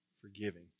forgiving